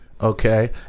okay